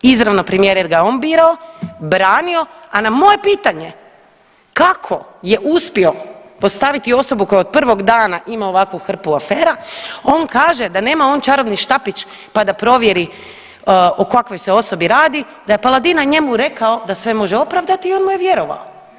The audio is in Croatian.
Izravno premijer jer ga je on birao, branio, a na moje pitanje kako je uspio postaviti osobu koja od prvog dana ima ovakvu hrpu afera, on kaže da nema on čarobni štapić pa da provjeri o kakvoj se osobi radi, da je Paladinu njemu rekao da sve može opravdati i on mu je vjerovao.